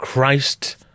Christ